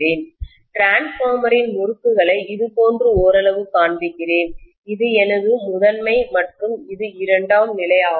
மின்மாற்றியின்டிரான்ஸ்பார்மரின் முறுக்குகளை இதுபோன்று ஓரளவு காண்பிக்கிறேன் இது எனது முதன்மை மற்றும் இது இரண்டாம் நிலை ஆகும்